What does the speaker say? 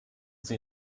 sie